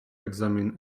examine